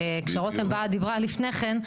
כשרותם באה דיברה לפני כן,